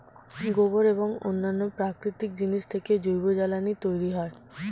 গোবর এবং অন্যান্য প্রাকৃতিক জিনিস থেকে জৈব জ্বালানি তৈরি হয়